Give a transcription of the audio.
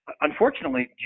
unfortunately